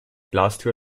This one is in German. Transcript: glastür